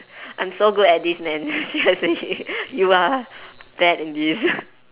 I'm so good at this man seriously you are bad in this